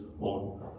on